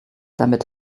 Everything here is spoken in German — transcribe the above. damit